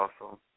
awesome